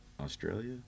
Australia